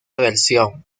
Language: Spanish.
versión